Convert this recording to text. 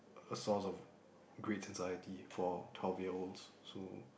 a source of grades anxiety for twelve year olds so